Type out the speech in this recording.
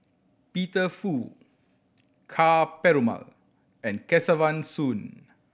Peter Fu Ka Perumal and Kesavan Soon